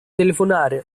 telefonare